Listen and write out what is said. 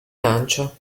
lancio